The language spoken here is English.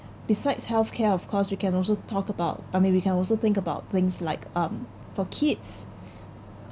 besides health care of course we can also talk about or maybe we can also think about things like um for kids